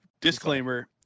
Disclaimer